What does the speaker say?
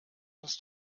uns